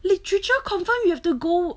literature confirm you have to go